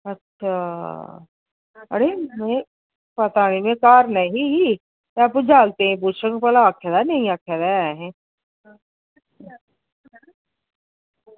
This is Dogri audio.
अच्छा अड़ी निं पता निं में घर नेईं ही में अप्पू जागतें गी पुच्छङ भला आक्खे दा नेईं आक्खे दा ऐ असें